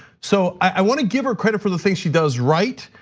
so i wanna give her credit for the things she does right,